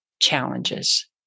challenges